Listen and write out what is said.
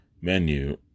menu